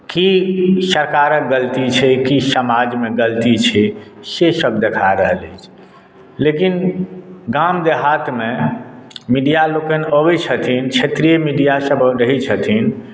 की सरकारक गलती छै की समाजमे गलती छै सेसभ देखा रहल अछि लेकिन गाम देहातमे मीडियालोकनि अबैत छथिन क्षेत्रीय मीडियासभ रहैत छथिन